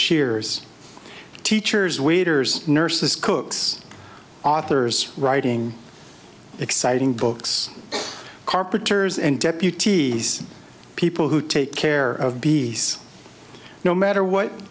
shears teachers waiters nurses cooks authors writing exciting books carpenters and deputies people who take care of bees no